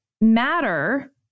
matter